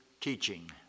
teaching